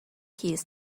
keys